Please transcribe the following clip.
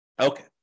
Okay